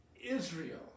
Israel